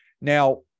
Now